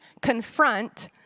confront